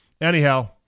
Anyhow